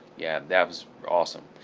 yeah that's awesome.